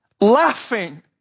laughing